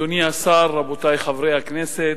אדוני השר, רבותי חברי הכנסת,